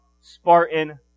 Spartan